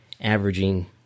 averaging